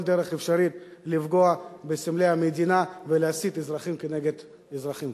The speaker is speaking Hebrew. דרך אפשרית לפגוע בסמלי המדינה ולהסית אזרחים נגד אזרחים.